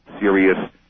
serious